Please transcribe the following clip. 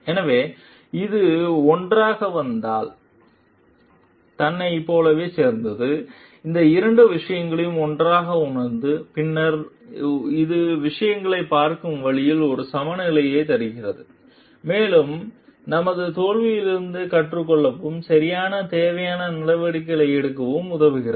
எனவே இது ஒன்றாக வந்தால் தன்னைப் போலவே சேர்ந்து இந்த இரண்டு விஷயங்களையும் ஒன்றாக உணர்ந்து பின்னர் இது விஷயங்களைப் பார்க்கும் வழிக்கு ஒரு சமநிலையைத் தருகிறது மேலும் நமது தோல்விகளிலிருந்து கற்றுக்கொள்ளவும் சரியான தேவையான நடவடிக்கைகளை எடுக்கவும் உதவுகிறது